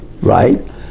right